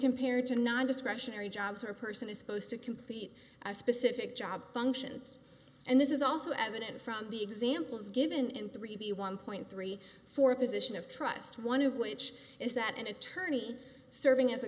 compared to non discretionary jobs or person is supposed to complete a specific job functions and this is also evident from the examples given in three b one point three four a position of trust one of which is that an attorney serving as a